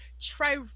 try